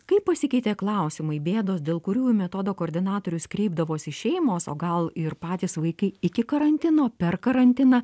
kaip pasikeitė klausimai bėdos dėl kurių į metodo koordinatorius kreipdavosi šeimos o gal ir patys vaikai iki karantino per karantiną